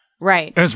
Right